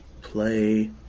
play